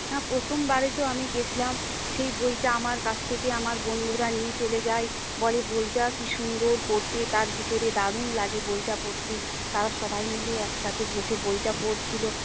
না প্রথম বারে তো আমি গিয়েছিলাম সেই বইটা আমার কাছ থেকে আমার বন্ধুরা নিয়ে চলে যায় বলে বইটা কী সুন্দর পড়তে তার ভিতরে দারুণ লাগে বইটা পড়তে তারা সবাই মিলে একসাথে বসে বইটা পড়ছিল